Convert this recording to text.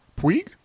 Puig